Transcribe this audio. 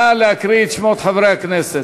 נא להקריא את שמות חברי הכנסת.